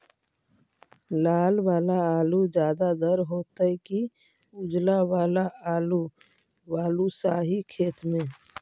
लाल वाला आलू ज्यादा दर होतै कि उजला वाला आलू बालुसाही खेत में?